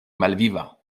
malviva